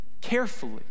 carefully